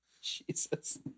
Jesus